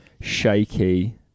shaky